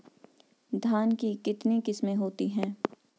धान की कितनी किस्में होती हैं?